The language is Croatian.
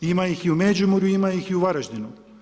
Ima ih i u Međimurju, ima ih i u Varaždinu.